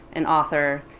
an author,